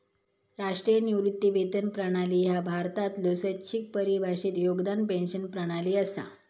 राष्ट्रीय निवृत्ती वेतन प्रणाली ह्या भारतातलो स्वैच्छिक परिभाषित योगदान पेन्शन प्रणाली असा